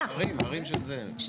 אנחנו